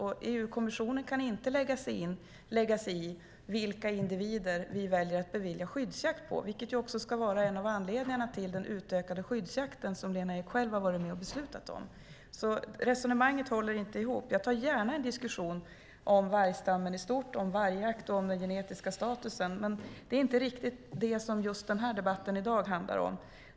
EU-kommissionen kan inte lägga sig i vilka individer vi väljer att bevilja skyddsjakt på. Det ska också vara en av anledningarna till den utökade skyddsjakten som Lena Ek själv har varit med och beslutat om. Resonemanget håller inte ihop. Jag tar gärna en diskussion om vargstammen i stort, om vargjakt och om den genetiska statusen, men det är inte riktigt det som just den här debatten i dag handlar om.